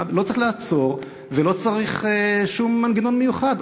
לא צריך לעצור ולא צריך שום מנגנון מיוחד,